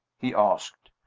he asked.